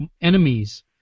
enemies